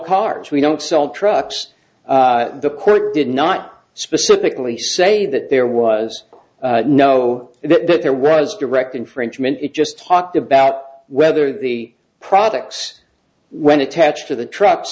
cars we don't sell trucks the court did not specifically say that there was no there was direct infringement it just talked about whether the products when attached to the trucks